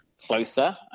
Closer